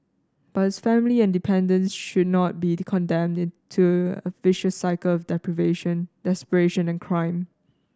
but his family and dependants should not be condemned to a vicious cycle of deprivation desperation and crime